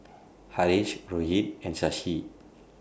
Haresh Rohit and Shashi